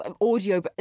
audio